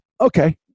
Okay